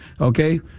Okay